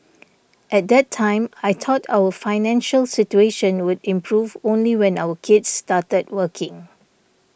at that time I thought our financial situation would improve only when our kids started working